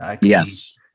Yes